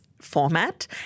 format